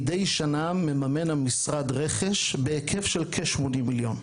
מדי שנה, מממן המשרד רכש בהיקף של כ-80 מיליון.